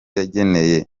yageneye